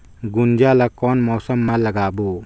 गुनजा ला कोन मौसम मा लगाबो?